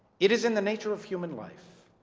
it is in the nature of human life